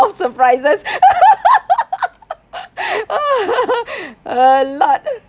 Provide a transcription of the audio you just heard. surprises a lot